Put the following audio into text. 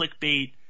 clickbait